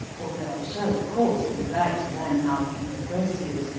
although i shall, of course, be glad to learn how he progresses.